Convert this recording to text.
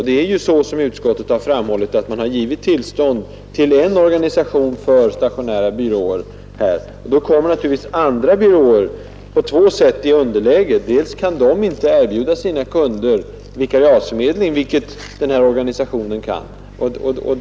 Det är ju så, som utskottet har framhållit, att man givit tillstånd till en organisation för stationära byråer på området, och då kommer naturligtvis andra byråer på två sätt i underläge. För det första kan de inte erbjuda sina kunder vikariatsförmedling, vilket den här organisationens medlemmar kan.